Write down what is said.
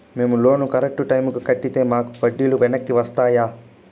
మేము loan correct టైముకి కట్టితే మాకు వడ్డీ లు వెనక్కి వస్తాయా?